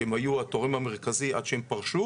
שהם היו התורם המרכזי עד שהם פרשו,